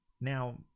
now